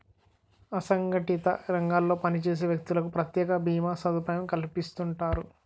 అసంగటిత రంగాల్లో పనిచేసే వ్యక్తులకు ప్రత్యేక భీమా సదుపాయం కల్పిస్తుంటారు